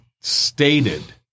stated